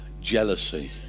jealousy